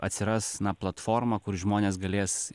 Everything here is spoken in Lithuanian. atsiras na platforma kur žmonės galės